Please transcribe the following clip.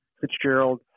Fitzgerald